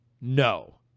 No